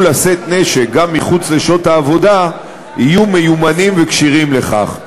לשאת נשק גם מחוץ לשעות העבודה יהיו מיומנים וכשירים לכך.